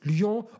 Lyon